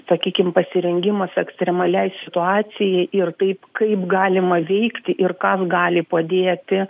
sakykim pasirengimas ekstremaliai situacijai ir taip kaip galima veikti ir kam gali padėti